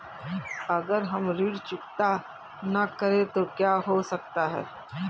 अगर हम ऋण चुकता न करें तो क्या हो सकता है?